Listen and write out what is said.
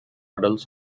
adults